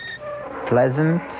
pleasant